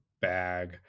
bag